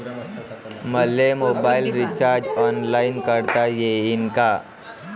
मले mobile recharge online करता येईन का?